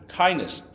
kindness